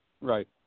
Right